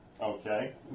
Okay